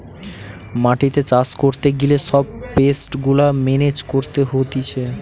মাটিতে চাষ করতে গিলে সব পেস্ট গুলা মেনেজ করতে হতিছে